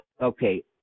Okay